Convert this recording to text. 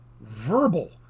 verbal